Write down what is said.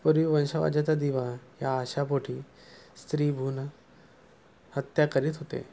पूर्वी वंशवादाचा दिवा या आशापोटी स्त्रीभ्रूण हत्या करीत होते